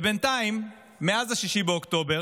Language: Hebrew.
בינתיים, מאז 7 באוקטובר